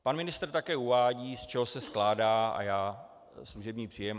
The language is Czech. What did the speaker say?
Pan ministr také uvádí, z čeho se skládá služební příjem.